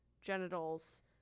genitals